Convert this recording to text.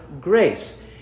grace